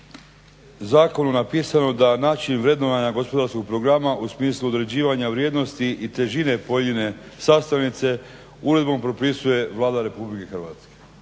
zakonu napisano da način vrednovanja gospodarskog programa u smislu određivanja vrijednosti i težine pojedine sastavnice uredbom propisuje Vlada RH.